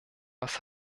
was